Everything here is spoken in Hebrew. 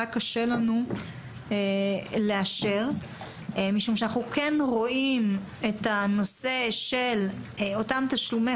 היה קשה לנו לאשר משום שאנחנו כן רואים את הנושא של אותם תשלומי